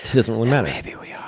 doesn't really matter. maybe we are.